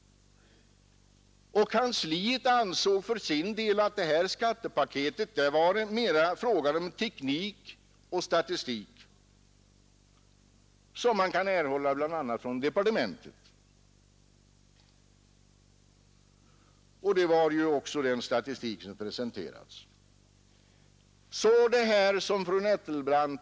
Kansliet ansåg för sin del att skattepaketet mera var en fråga om teknik och statistik, som man kan erhålla bl.a. från departementet. Det har också presenterats statistik.